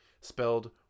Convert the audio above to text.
Spelled